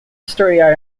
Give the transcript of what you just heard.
storey